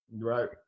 Right